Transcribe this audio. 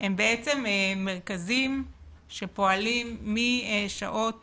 הם בעצם מרכזים שפועלים משעות